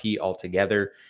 altogether